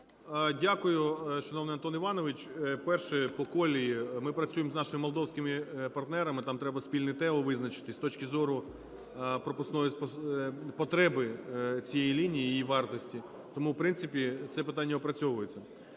Дякую, шановний Антон Іванович. Перше, по колії, ми працюємо з нашими молдовськими партнерами, там треба спільне ТУ визначити, з точки зору пропускної потреби цієї лінії і її вартості. Тому в принципі це питання опрацьовується.